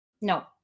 No